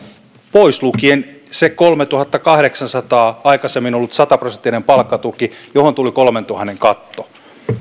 pois lukien se kolmentuhannenkahdeksansadan aikaisemmin ollut sataprosenttinen palkkatuki johon tuli kolmentuhannen katto